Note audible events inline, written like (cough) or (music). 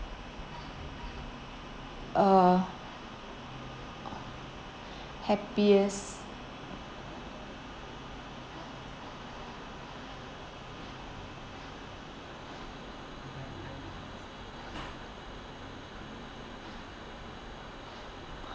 uh (breath) happiest